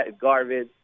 garbage